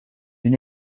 une